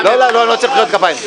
לא, אני לא צריך מחיאות כפיים.